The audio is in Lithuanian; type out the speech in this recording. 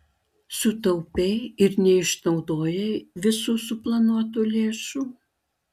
sutaupei ir neišnaudojai visų suplanuotų lėšų